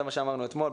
זה מה שאמרנו אתמול,